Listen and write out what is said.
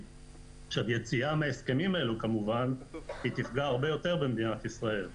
יציאה מההסכמים האלה כמובן תפגע הרבה יותר במדינת ישראל.